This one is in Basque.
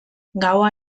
gaua